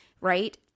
right